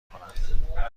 کنم